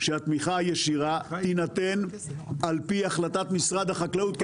שהתמיכה הישירה תינתן על פי החלטת משרד החקלאות,